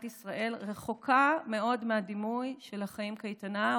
ישראל רחוקה מאוד מהדימוי של "החיים קייטנה",